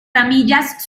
ramillas